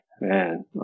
man